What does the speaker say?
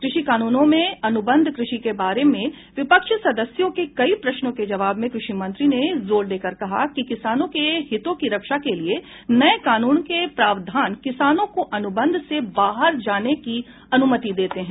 कृषि कानूनों में अनुबंध कृषि के बारे में विपक्षी सदस्यों के कई प्रश्नों के जवाब में कृषिमंत्री ने जोर देकर कहा कि किसानों के हितों की रक्षा के लिए नए कानूनों के प्रावधान किसानों को अनुबंध से बाहर जाने की अनुमति देते हैं